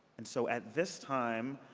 and so at this time,